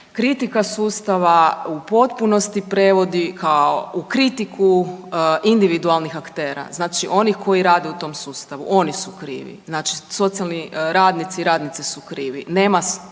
kritika sustava u potpunosti prevodi kao u kritiku individualnih aktera, znači onih koji rade u tom sustavu, oni su krivi, znači socijalni radnici i radnici su krivi, nema strukturalne